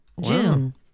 June